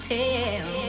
tell